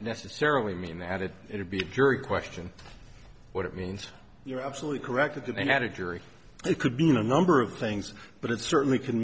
necessarily mean that it would be a jury question what it means you're absolutely correct that the editor of it could be a number of things but it certainly can